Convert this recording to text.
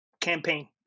campaign